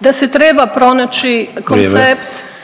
da se treba pronaći koncept…/Upadica